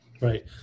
right